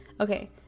okay